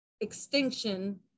extinction